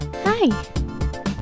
Hi